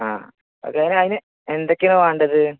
ആ ഓക്കെ അതിന് എന്തൊക്കെയാണ് വേണ്ടത്